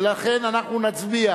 ולכן אנחנו נצביע